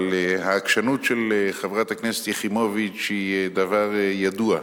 אבל העקשנות של חברת הכנסת יחימוביץ היא דבר ידוע,